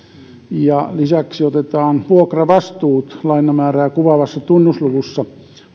lisäksi otetaan vuokravastuut lainamäärää kuvaavassa tunnusluvussa